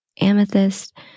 Amethyst